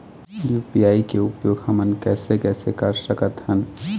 UPI के उपयोग हमन कैसे कैसे कर सकत हन?